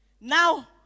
Now